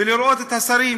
לראות את השרים